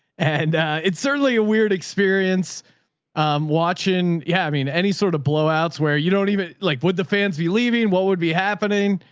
and it's certainly a weird experience watching. yeah. i mean, any sort of blowouts where you don't even like, would the fans be leaving? what would be happening?